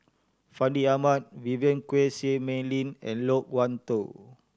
Fandi Ahmad Vivien Quahe Seah Mei Lin and Loke Wan Tho